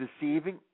deceiving